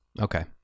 Okay